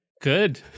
Good